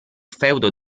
feudo